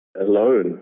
alone